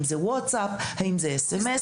וואטסאפ או SMS,